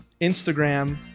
Instagram